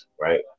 right